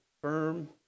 firm